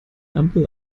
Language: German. ampel